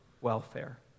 welfare